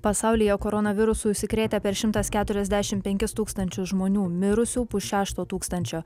pasaulyje koronavirusu užsikrėtę per šimtas keturiasdešimt penkis tūkstančius žmonių mirusių pusšešto tūkstančio